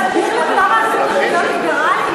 מסביר לנו למה אסור לנו להיות ליברלים.